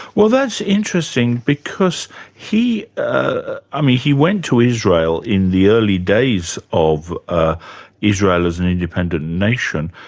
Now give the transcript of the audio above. well that's interesting, because he. ah i mean, he went to israel in the early days of ah israel as an independent nation,